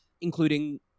including